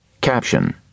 caption